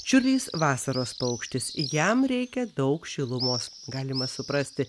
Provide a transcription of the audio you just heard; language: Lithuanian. čiurlys vasaros paukštis jam reikia daug šilumos galima suprasti